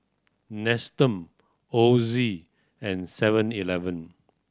Nestum Ozi and Seven Eleven